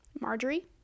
marjorie